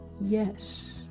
yes